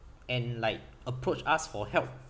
and like approach ask for help